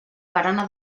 barana